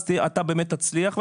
אז אתה באמת תצליח.